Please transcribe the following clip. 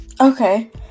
Okay